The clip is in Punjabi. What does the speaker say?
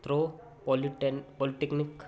ਪਰੋ ਪੋਲਿਟਿਨ ਪੋਲੀਟਿਕਨਿਕ